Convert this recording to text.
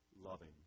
loving